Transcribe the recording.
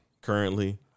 currently